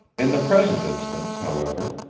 in the present instance, however,